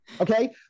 Okay